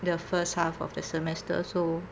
the first half of the semester so